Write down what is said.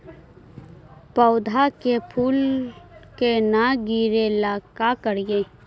पौधा के फुल के न गिरे ला का करि?